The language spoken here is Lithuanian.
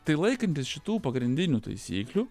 tai laikantis šitų pagrindinių taisyklių